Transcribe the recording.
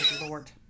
lord